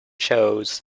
shows